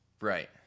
Right